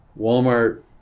Walmart